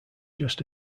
just